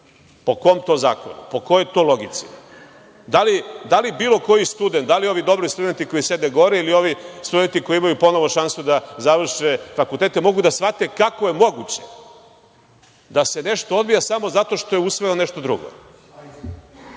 Po kom to zakonu? Po kojoj to logici? Da li bilo koji student, da li ovi dobri studenti koji sede gore ili ovi studenti koji imaju šansu da završe fakultete mogu da shvate kako je moguće da se nešto odvija samo zato što je usvojeno nešto drugo,